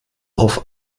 auf